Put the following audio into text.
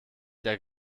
der